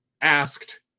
asked